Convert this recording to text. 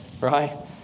right